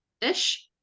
ish